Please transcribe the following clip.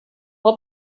her